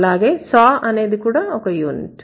అలాగే saw అనేది కూడా ఒక యూనిట్